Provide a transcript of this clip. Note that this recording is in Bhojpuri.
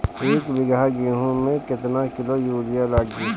एक बीगहा गेहूं में केतना किलो युरिया लागी?